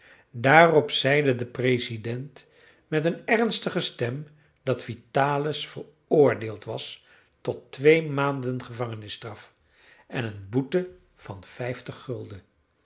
daarop zeide de president met een ernstige stem dat vitalis veroordeeld was tot twee maanden gevangenisstraf en een boete van vijftig gulden